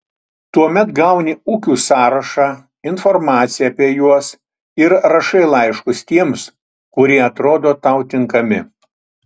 tuomet gauni ūkių sąrašą informaciją apie juos ir rašai laiškus tiems kurie atrodo tau tinkami